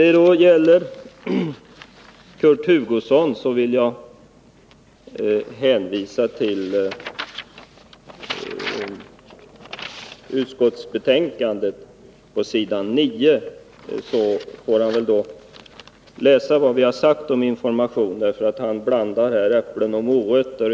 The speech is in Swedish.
Jag vill hänvisa Kurt Hugosson till att läsa det som står på s.9 i utskottsbetänkandet. Då får han veta vad vi har sagt om information. Kurt Hugosson blandar här äpplen och morötter.